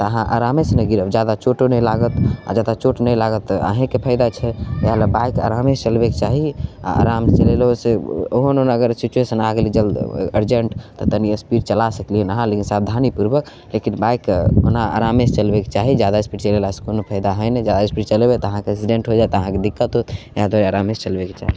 अहाँ आरामे से ने गिरब जादा चोटो नहि लागत आ जतऽ चोट नहि लागत तऽ अहिके फायदा छै ओएह लऽ बाइके आराम से चलबैके चाही आ आराम से चलेलहुँ से ओहन अगर सिचूएशन आबि गेल जल्दी अर्जेंट तनी स्पीड चला सकलियै लेकिन साबधानी पूर्बक लेकिन बाइक ओना आरामे से चलबैके चाही जादा स्पीड चलेला से कोनो फायदा हय नहि जादा स्पीड चलेबै तऽ अहाँके एक्सिडेंट हो जाएत अहाँके दिक्कत होयत इएह दुआरे आरामे से चलबैके चाही